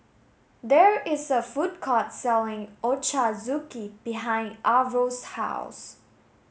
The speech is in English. there is a food court selling Ochazuke behind Arvil's house